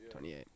28